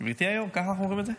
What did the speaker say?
גברתי היו"ר, ככה אומרים את זה?